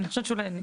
אני חושבת שנקריא.